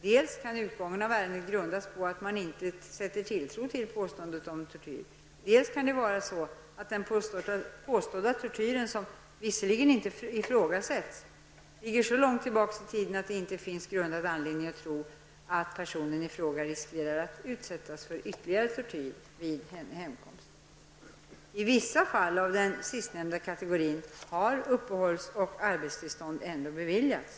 Dels kan utgången av ärendet grundas på att man inte sätter tilltro till påståendet om tortyr, dels kan den påstådda tortyren, som visserligen inte ifrågasätts, ligga så långt tillbaka i tiden att det inte finns grundad anledning att tro att personen i fråga riskerar att utsättas för ytterligare tortyr vid en hemkomst. I vissa fall av den sistnämnda kategorin har uppehålls och arbetstillstånd ändå beviljats.